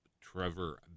Trevor